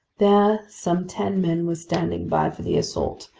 there some ten men were standing by for the assault,